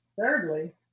thirdly